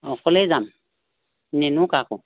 অকলেই যাম নিনিও কাকো